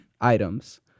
items